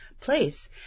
place